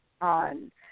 on